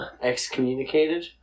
Excommunicated